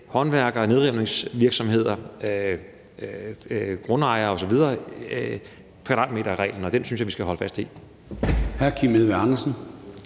håndværkere, nedrivningsvirksomheder, grundejere osv. med kvadratmeterreglen, og den synes jeg vi skal holde fast i.